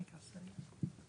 זו בדיוק המטרה עליה דיברנו.